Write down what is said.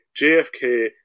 JFK